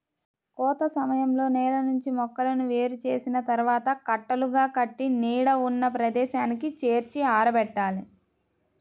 కోత సమయంలో నేల నుంచి మొక్కలను వేరు చేసిన తర్వాత కట్టలుగా కట్టి నీడ ఉన్న ప్రదేశానికి చేర్చి ఆరబెట్టాలి